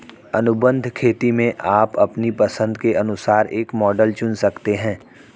अनुबंध खेती में आप अपनी पसंद के अनुसार एक मॉडल चुन सकते हैं